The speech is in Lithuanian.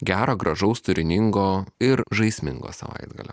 gero gražaus turiningo ir žaismingo savaitgalio